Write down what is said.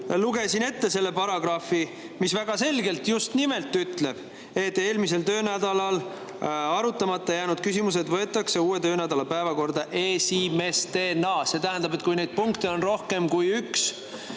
lugesin ette selle paragrahvi, mis väga selgelt just nimelt ütleb, et eelmisel töönädalal arutamata jäänud küsimused võetakse uue töönädala päevakorda esimestena. See tähendab, et kui neid punkte on rohkem kui üks,